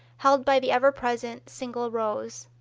held by the ever present single rose.